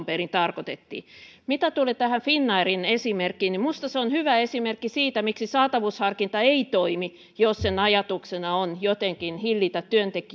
perin tarkoitettiin mitä tulee tähän finnairin esimerkkiin niin minusta se on hyvä esimerkki siitä miksi saatavuusharkinta ei toimi jos sen ajatuksena on jotenkin hillitä